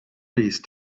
please